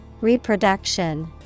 Reproduction